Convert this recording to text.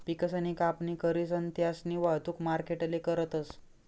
पिकसनी कापणी करीसन त्यास्नी वाहतुक मार्केटले करतस